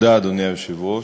אדוני היושב-ראש,